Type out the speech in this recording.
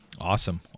Awesome